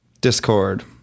Discord